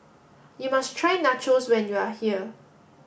you must try Nachos when you are here